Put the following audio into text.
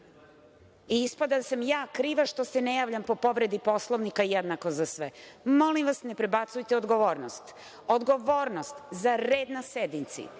i ispada da sam ja kriva što se ne javljam po povredi Poslovnika jednako za sve. Molim vas, ne prebacujte odgovornost. Odgovornost za red na sednici,